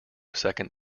second